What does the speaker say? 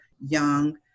young